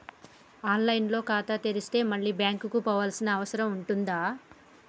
On line లో ఖాతా తెరిస్తే మళ్ళీ బ్యాంకుకు పోవాల్సిన అవసరం ఉంటుందా?